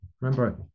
Remember